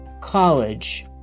college